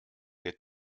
der